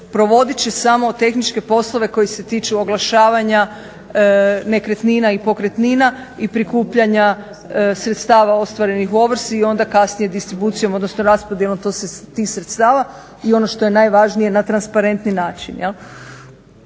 provodit će samo tehničke poslove koji se tiču oglašavanja nekretnina i pokretnina i prikupljanja sredstava ostvarenih u ovrsi i onda kasnije distribucijom odnosno raspodjelom tih sredstava i ono što je najvažnije na transparentni način